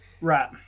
Right